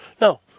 No